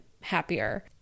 happier